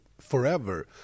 forever